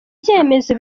byemezo